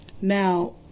Now